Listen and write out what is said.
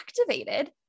activated